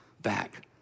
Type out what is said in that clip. back